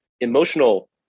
emotional